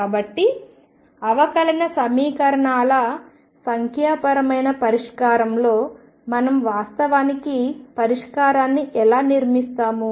కాబట్టి అవకలన సమీకరణాల సంఖ్యాపరమైన పరిష్కారంలో మనం వాస్తవానికి పరిష్కారాన్ని ఎలా నిర్మిస్తాము